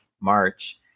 March